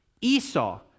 Esau